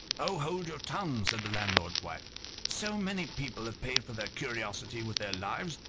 oh! hold your tongue! said the landlord's wife so many people have paid for their curiosity with their lives,